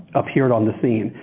appeared on the scene.